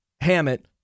Hammett